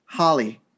Holly